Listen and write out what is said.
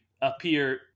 appear